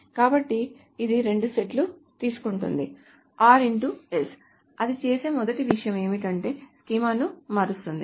కాబట్టి ఇది రెండు సెట్లను తీసుకుంటుంది అది చేసే మొదటి విషయం ఏమిటంటే స్కీమాను మారుస్తుంది